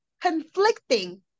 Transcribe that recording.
conflicting